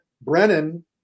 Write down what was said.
Brennan